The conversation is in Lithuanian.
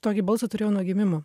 tokį balsą turėjau nuo gimimo